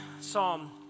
Psalm